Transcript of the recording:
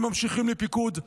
הם ממשיכים לפיקוד.